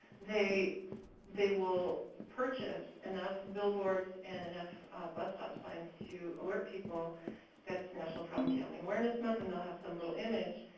they they will purchase enough billboards and enough bus stop signs to alert people that it's national problem gambling awareness month and they'll have some little image.